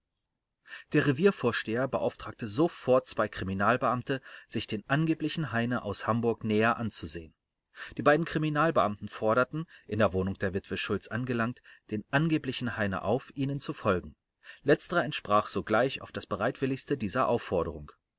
der reviervorsteher beauftragte sofort zwei kriminalbeamte sich den angeblichen heine aus hamburg näher anzusehen die beiden kriminalbeamten forderten in der wohnung der witwe schulz angelangt den angeblichen heine auf ihnen zu folgen letzterer entsprach sogleich auf das bereitwilligste dieser aufforderung